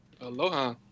Aloha